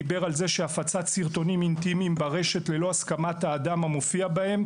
דיבר על זה שהפצת סרטונים אינטימיים ברשת ללא הסכמת האדם המופיע בהם,